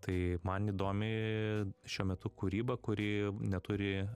tai man įdomi šiuo metu kūryba kuri neturi